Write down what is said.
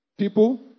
people